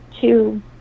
two